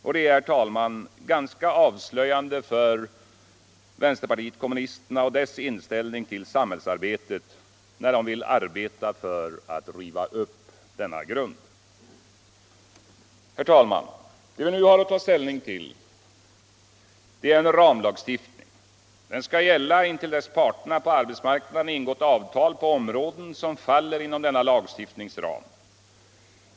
Det är, herr talman, ganska avslöjande för vänsterpartiet kommunisterna och dess inställning till samhällsarbetet när de vill arbeta för att riva upp denna grund. Herr talman! Det vi nu har att ta ställning till är en ramlagstiftning. Den skall gälla intill dess parterna på arbetsmarknaden ingått avtal på områden som faller inom denna lagstiftnings ram.